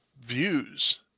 views